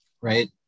right